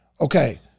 okay